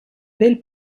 belle